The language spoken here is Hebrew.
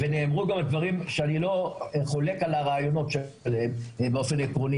ונאמרו גם דברים שאני לא חולק על הרעיונות שבהם באופן עקרוני,